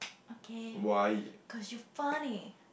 okay cause you funny